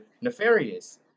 nefarious